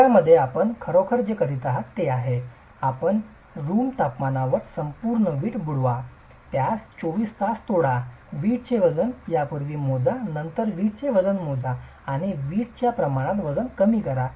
यामध्ये आपण खरोखर जे करीत आहात ते आहे आपण रूम तापमानावर संपूर्ण वीट बुडवा त्यास 24 तास सोडा वीटचे वजन यापूर्वी मोजा नंतर वीटचे वजन मोजा आणि वीटच्या प्रमाणात वजन कमी करा